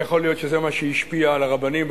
ויכול להיות שזה מה שהשפיע על הרבנים.